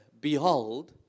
behold